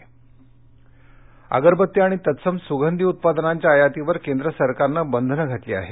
अगरबत्ती अगरबत्ती आणि तत्सम सुगंधी उत्पादनांच्या आयातीवर केंद्र सरकारनं बंधनं घातली आहेत